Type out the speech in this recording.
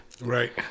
Right